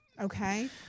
Okay